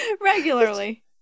Regularly